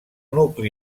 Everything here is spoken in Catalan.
nucli